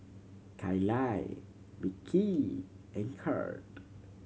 Kalie Mickie and Kirk